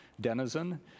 denizen